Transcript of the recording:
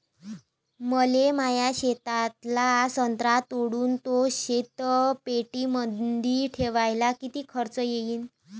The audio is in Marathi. मले माया शेतातला संत्रा तोडून तो शीतपेटीमंदी ठेवायले किती खर्च येईन?